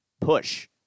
push